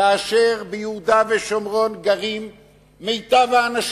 כאשר ביהודה ושומרון גרים מיטב האנשים,